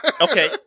Okay